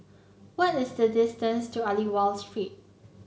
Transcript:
what is the distance to Aliwal Street